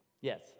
Yes